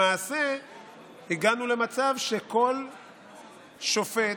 למעשה הגענו למצב שכל שופט